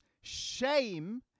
shame